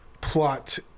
plot